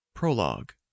Prologue